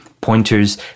pointers